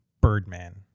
Birdman